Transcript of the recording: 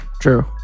True